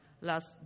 last